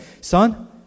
son